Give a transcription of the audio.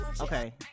Okay